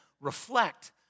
reflect